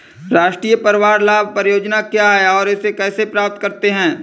राष्ट्रीय परिवार लाभ परियोजना क्या है और इसे कैसे प्राप्त करते हैं?